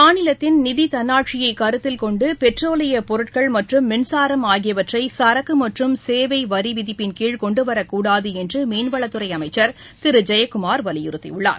மாநிலத்தின் நிதி தன்னாட்சியை கருத்தில் கொண்டு பெட்ரோலிய பொருட்கள் மற்றும் மின்சாரம் ஆகியவற்றை சரக்கு மற்றும் சேவை வரி விதிப்பின் கீழ் கொண்டு வரக்கூடாது என்று மீன்வளத்துறை அமைச்சர் திரு டி ஜெயக்குமார் வலியுறுத்தியுள்ளார்